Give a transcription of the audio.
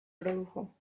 produjo